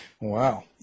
wow